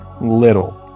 little